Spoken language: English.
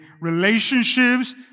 Relationships